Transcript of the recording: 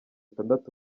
itandatu